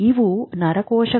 ಇವು ನರಪ್ರೇಕ್ಷಕಗಳು